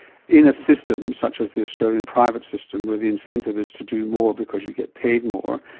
in a system such as the australian private system where the incentive is to do more because you get paid more,